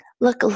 look